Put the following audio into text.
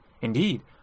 Indeed